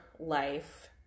life